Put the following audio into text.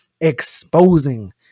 exposing